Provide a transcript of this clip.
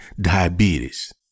diabetes